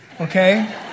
Okay